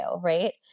right